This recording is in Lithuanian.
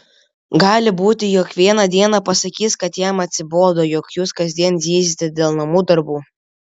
gali būti jog vieną dieną pasakys kad jam atsibodo jog jūs kasdien zyziate dėl namų darbų